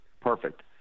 Perfect